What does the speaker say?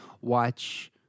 watch